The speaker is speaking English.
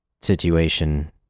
situation